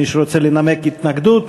מישהו רוצה לנמק התנגדות?